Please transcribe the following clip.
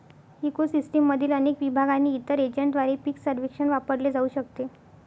eco सिस्टीममधील अनेक विभाग आणि इतर एजंटद्वारे पीक सर्वेक्षण वापरले जाऊ शकते